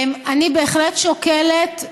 אני בהחלט שוקלת,